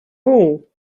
all